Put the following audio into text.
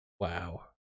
Wow